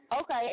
Okay